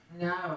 no